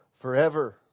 forever